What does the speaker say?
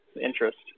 interest